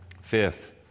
Fifth